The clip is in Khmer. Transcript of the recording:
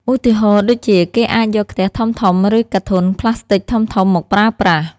ឧទាហរណ៍ដូចជា គេអាចយកខ្ទះធំៗ ឬកាធន់ប្លាស្ទិកធំៗមកប្រើប្រាស់។